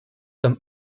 comme